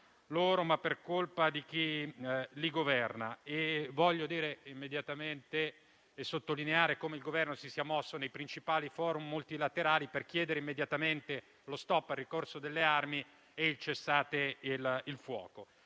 non loro, ma di chi li governa. Voglio sottolineare che il Governo si è mosso nei principali *forum* multilaterali per chiedere immediatamente lo *stop* al ricorso alle armi e il cessate il fuoco.